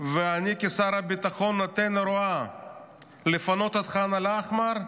ואני כשר הביטחון נתתי הוראה לפנות את ח'אן אל-אחמר,